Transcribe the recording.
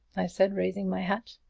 i said, raising my hat.